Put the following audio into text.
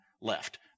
left